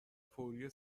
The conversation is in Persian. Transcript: فوری